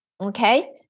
okay